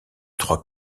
trois